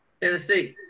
Tennessee